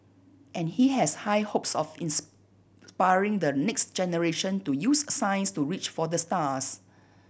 and he has high hopes of inspiring the next generation to use science to reach for the stars